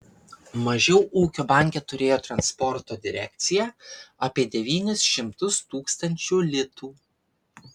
mažiau ūkio banke turėjo transporto direkcija apie devynis šimtus tūkstančių litų